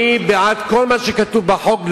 אני בעד כל מה שכתוב בחוק,